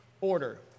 order